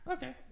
Okay